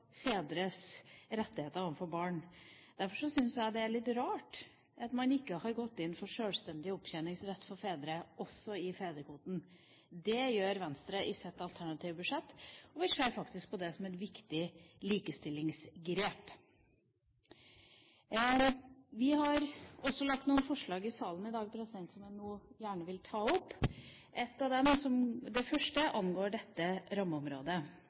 fedres rettigheter overfor barn. Derfor syns jeg det er litt rart at man ikke har gått inn for sjølstendig opptjeningsrett for fedre også i fedrekvoten. Det gjør Venstre i sitt alternative budsjett, og vi ser faktisk på det som et viktig likestillingsgrep. Vi har også omdelt noen forslag i salen i dag, som jeg nå gjerne vil ta opp. Et av dem, det første, angår dette rammeområdet.